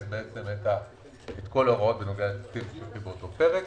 את כל ההוראות בנוגע לתקציב ש- -- באותו פרק.